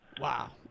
Wow